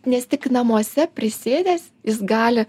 nes tik namuose prisėdęs jis gali